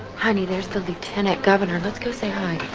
honey, there's the lieutenant-governor. let's go. say hi